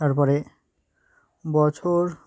তারপরে বছর